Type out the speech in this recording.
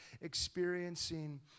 experiencing